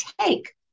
take